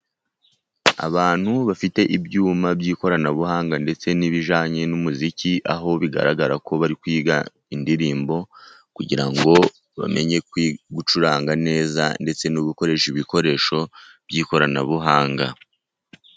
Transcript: Abantu bafite ibyuma by'ikoranabuhanga ndetse n'ibijyanye n'umuziki aho bigaragara ko bari kwiga indirimbo kugira ngo bamenye gucuranga neza ndetse no gukoresha ibikoresho by'ikoranabuhanga.